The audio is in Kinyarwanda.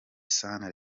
sana